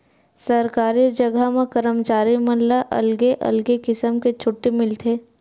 सरकारी जघा म करमचारी मन ला अलगे अलगे किसम के छुट्टी मिलथे